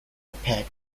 repaired